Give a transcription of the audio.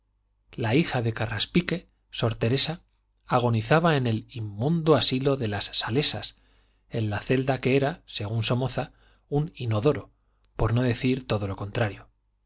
la hija de carraspique sor teresa agonizaba en el inmundo asilo de las salesas en la celda que era según somoza un inodoro por no decir todo lo contrario